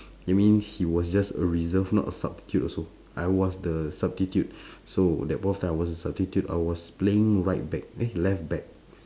that means he was just a reserve not a substitute also I was the substitute so that point of time I was a substitute I was playing right back eh left back